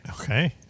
Okay